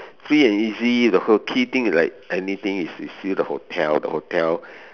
free and easy the whole key thing is like anything is to see the hotel the hotel